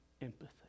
empathy